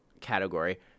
category